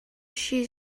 she